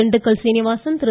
Dindigul Sreenivasan Thiru